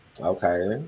Okay